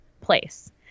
place